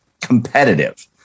competitive